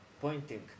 pointing